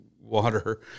water